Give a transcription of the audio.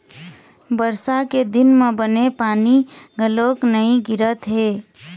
बरसा के दिन म बने पानी घलोक नइ गिरत हे